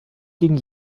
gegen